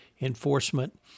enforcement